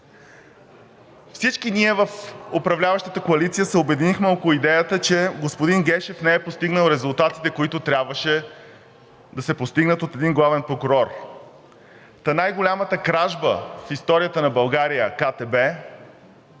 Всички ние в управляващата коалиция се обединихме около идеята, че господин Гешев не е постигнал резултатите, които трябваше да се постигнат от един главен прокурор. Та най-голямата кражба в историята на България – КТБ,